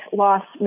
loss